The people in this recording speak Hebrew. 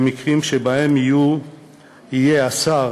במקרים שבהם יהיה השר